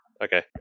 Okay